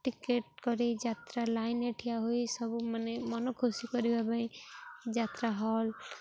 ticket କରି ଯାତ୍ରା ଲାଇନରେ ଠିଆ ହୋଇ ସବୁ ମାନେ ମନ ଖୁସି କରିବା ପାଇଁ ଯାତ୍ରା ହଲ୍